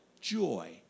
joy